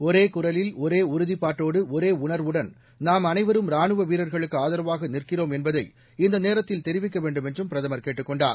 ஒரே குரலில் ஒரே உறுதிப்பாட்டோடு ஒரே உணர்வுடன் நாம் அனைவரும் ரானுவ வீரர்களுக்கு ஆதரவாக நிற்கிறோம் என்பதை இந்த நேரத்தில் தெரிவிக்க வேண்டும் என்றும் பிரதமர் கேட்டுக் கொண்டார்